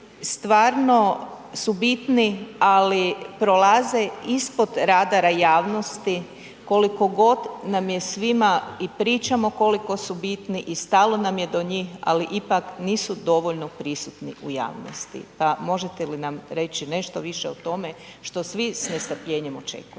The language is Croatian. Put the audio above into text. stvarno su bitni, ali prolaze ispod radara javnosti koliko god nam je svima i pričamo koliko su bitni i stalo nam je do njih, al ipak nisu dovoljno prisutni u javnosti, pa možete li nam reći nešto više o tome što svi s nestrpljenjem očekujemo?